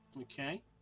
Okay